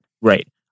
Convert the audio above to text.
Right